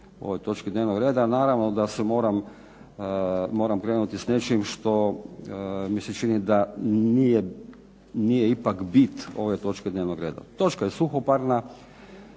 ovoj točki dnevnog rada, naravno da moram krenuti s nečim što mi se čini da nije ipak bit ove točke dnevnog reda. Točka je suhoparna,